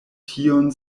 tion